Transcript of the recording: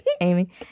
Amy